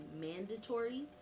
mandatory